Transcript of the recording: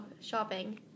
shopping